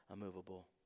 immovable